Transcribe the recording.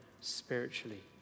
spiritually